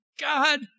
God